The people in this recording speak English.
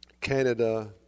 Canada